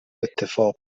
اتفاق